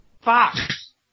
Fox